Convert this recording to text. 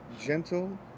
Gentle